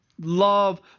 love